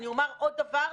אני אומר עוד דבר,